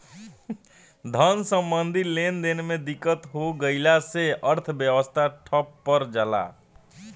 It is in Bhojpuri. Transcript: धन सम्बन्धी लेनदेन में दिक्कत हो गइला से अर्थव्यवस्था ठप पर जला